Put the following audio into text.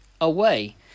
away